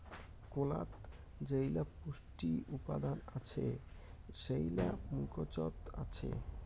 কলাত যেইলা পুষ্টি উপাদান আছে সেইলা মুকোচত আছে